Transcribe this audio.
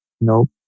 Nope